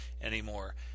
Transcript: anymore